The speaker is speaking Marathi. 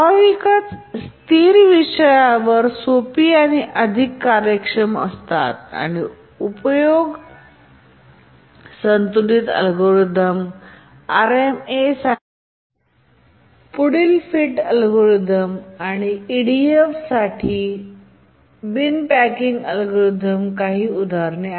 स्वाभाविकच स्थिर विषयावर सोपी आणि अधिक कार्यक्षम असतात आणि उपयोग संतुलित अल्गोरिदम आरएमएसाठी पुढील फिट अल्गोरिदम आणि ईडीफेअरसाठी बिन पॅकिंग अल्गोरिदम काही उदाहरणे